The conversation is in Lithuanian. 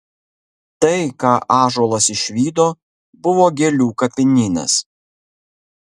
tai ką ąžuolas išvydo buvo gėlių kapinynas